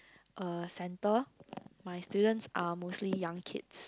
a centre my students are mostly young kids